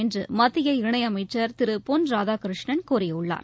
என்று மத்திய இணையமைச்சர் திரு பொன் ராதாகிருஷ்ணன் கூறியுள்ளார்